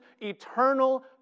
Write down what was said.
eternal